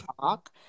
talk